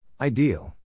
Ideal